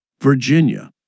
Virginia